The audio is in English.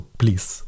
please